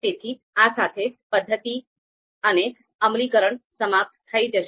તેથી આ સાથે પદ્ધતિ અને અમલીકરણ સમાપ્ત થઈ જશે